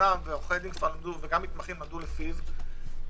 הופנם ועורכי דין ומתמחים עבדו לפיו,